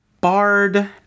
Bard